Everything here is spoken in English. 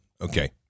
Okay